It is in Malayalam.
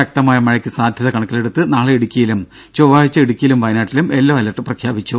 ശക്തമായ മഴയ്ക്ക് സാധ്യത കണക്കിലെടുത്ത് നാളെ ഇടുക്കിയിലും ചൊവ്വാഴ്ച ഇടുക്കിയിലും വയനാട്ടിലും യെല്ലോ അലർട്ട് പ്രഖ്യാപിച്ചു